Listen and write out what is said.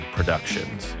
Productions